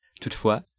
Toutefois